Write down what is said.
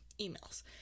emails